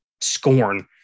scorn